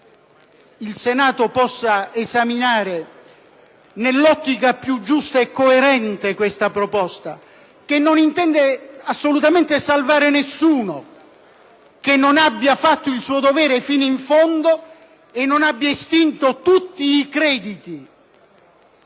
il Senato possa esaminare nell’ottica piu giusta e coerente questa proposta, che non intende assolutamente salvare nessuno che non abbia fatto il suo dovere fino in fondo e non abbia estinto tutti i crediti.